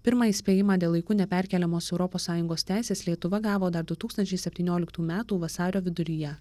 pirmą įspėjimą dėl laiku neperkeliamos europos sąjungos teisės lietuva gavo dar du tūkstančiai septynioliktų metų vasario viduryje